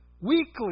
weekly